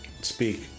speak